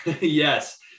Yes